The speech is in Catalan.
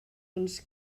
uns